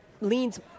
leans